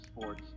sports